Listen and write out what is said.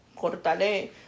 cortale